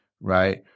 right